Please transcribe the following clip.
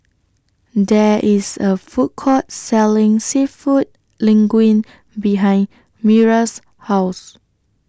There IS A Food Court Selling Seafood Linguine behind Myra's House